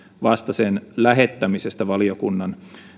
vasta sen lähettämisestä valiokunnan